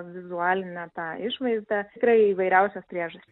vizualinę tą išvaizdą tikrai įvairiausios priežastys